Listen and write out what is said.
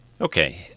Okay